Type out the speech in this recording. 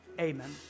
amen